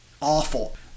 awful